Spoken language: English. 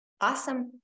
Awesome